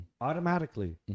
automatically